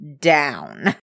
down